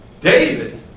David